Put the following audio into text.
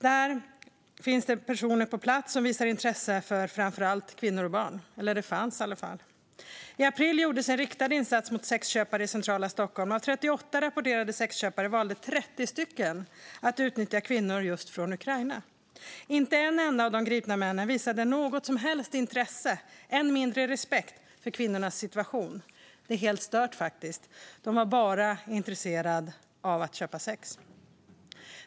Där finns personer på plats som visar intresse för framför allt kvinnor och barn. I april gjordes en riktad insats mot sexköpare i centrala Stockholm. Av 38 rapporterade sexköpare valde 30 att utnyttja kvinnor från just Ukraina. Inte en enda av de gripna männen visade något som helst intresse, än mindre respekt, för kvinnornas situation. Det är helt stört. De var bara intresserade av att köpa sex.